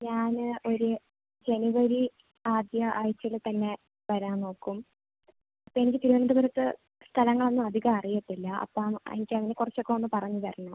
ഞാൻ ഒരു ജനുവരി ആദ്യ ആഴ്ചയിൽ തന്നെ വരാൻ നോക്കും അപ്പോൾ എനിക്ക് തിരുവനന്തപുരത്ത് സ്ഥലളൊന്നും അധികം അറിയത്തില്ല അപ്പം എനിക്ക് അവിടെ കുറച്ച് ഒക്കെ ഒന്ന് പറഞ്ഞു തരണം